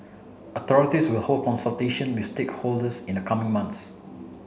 authorities will hold consultation with stakeholders in the coming months